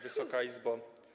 Wysoka Izbo!